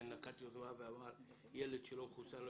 שנקט יוזמה ואמר ילד שלא מחוסן לא